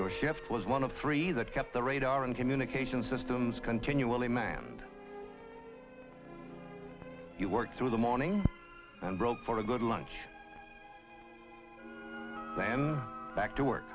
your ship was one of three that kept the radar and communications systems continually manned you worked through the morning and broke for a good lunch then back to work